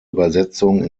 übersetzung